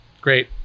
Great